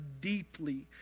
deeply